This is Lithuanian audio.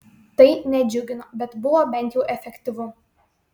tai nedžiugino bet buvo bent jau efektyvu